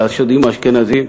החסידים האשכנזים.